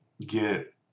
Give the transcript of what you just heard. get